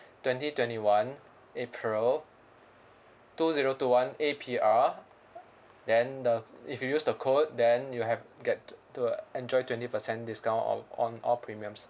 twenty twenty one april two zero two one A P R then the if you use the code then you have get to enjoy twenty percent discount o~ on all premiums